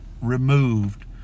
removed